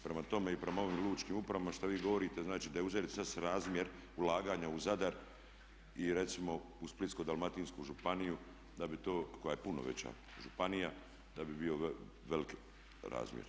Prema tome i prema ovim lučkim upravama što vi govorite znači da je … srazmjer ulaganja u Zadar i recimo u Splitsko-dalmatinsku županiju da bi to, koja je puno veća županija da bi bio veliki razmjer.